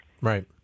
right